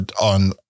on